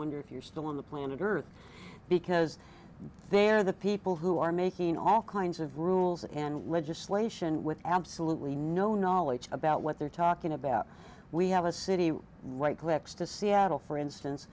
wonder if you're still on the planet earth because they are the people who are making all kinds of rules and legislation with absolutely no knowledge about what they're talking about we have a city right next to seattle for instance